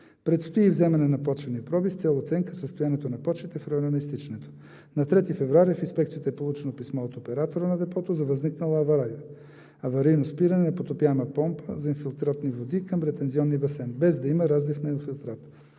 Предстои вземаме на почвени проби с цел оценка състоянието на почвите в района на изтичането. На 3 февруари в Инспекцията е получено писмо от оператора на депото за възникнала авария – аварийно спиране на потопяема помпа за инфилтратни води към ретензионния басейн, без да има разлив на инфилтрат.